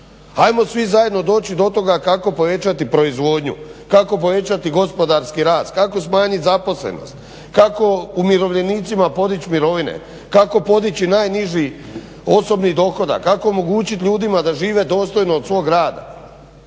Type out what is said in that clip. Ajmo svi zajedno doći do toga kako povećati proizvodnju, kako povećati gospodarski rast, kako smanjit zaposlenost, kako umirovljenicima podići mirovine, kako podići najniži osobni dohodak, kako omogućiti ljudima da žive dostojno od svoga rada,